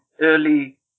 early